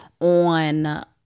on